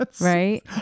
right